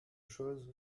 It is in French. chose